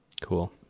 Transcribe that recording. Cool